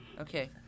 Okay